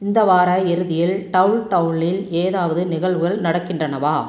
இந்த வார இறுதியில் டவுன்டவுனில் ஏதாவது நிகழ்வுகள் நடக்கின்றனவா